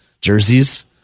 jerseys